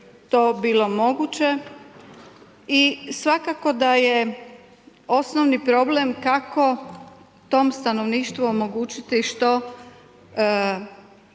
to bilo moguće. I svakako da je osnovni problem, kako tom stanovništvu omogućiti što